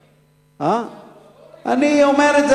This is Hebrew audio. אני אומר את זה,